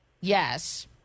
yes